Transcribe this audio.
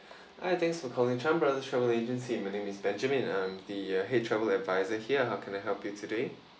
hi thanks for calling chan brothers travel agency my name is benjamin um the head travel adviser here how can I help you today